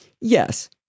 yes